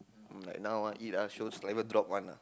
um like now ah eat ah sure saliva drop [one] ah